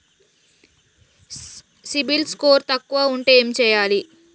CIBIL score తక్కువ ఉంటే ఏం చేయాలి?